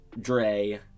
Dre